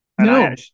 No